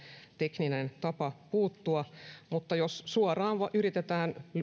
tekninen tapa puuttua mutta jos suoraan yritetään